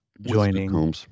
joining